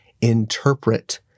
interpret